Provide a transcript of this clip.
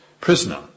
prisoner